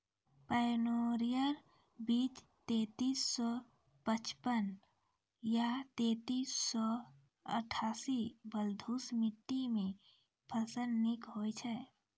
Pioneer बीज तेंतीस सौ पचपन या तेंतीस सौ अट्ठासी बलधुस मिट्टी मे फसल निक होई छै?